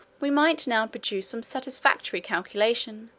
we might now produce some satisfactory calculation,